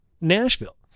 Nashville